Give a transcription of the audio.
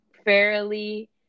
fairly